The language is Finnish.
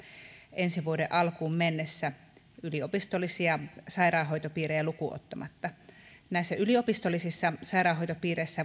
ensi vuoden alkuun mennessä yliopistollisia sairaanhoitopiirejä lukuun ottamatta näissä yliopistollisissa sairaanhoitopiireissä